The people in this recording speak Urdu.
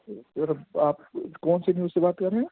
آپ کون سی نیوز سے بات کر رہے ہیں